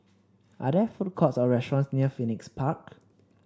are there food courts or restaurants near Phoenix Park